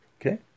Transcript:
Okay